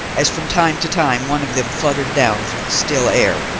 as from time to time one of them fluttered down through the still air.